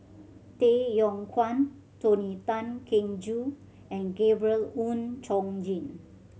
Tay Yong Kwang Tony Tan Keng Joo and Gabriel Oon Chong Jin